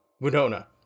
Winona